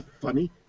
funny